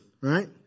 right